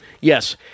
Yes